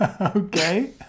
Okay